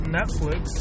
Netflix